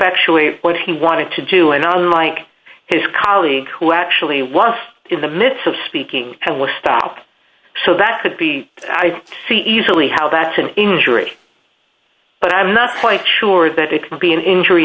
effectuate when he wanted to do an on like his colleague who actually was in the midst of speaking and was stopped so that could be i see easily how that's an injury but i'm not quite sure that it could be an injury